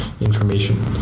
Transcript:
information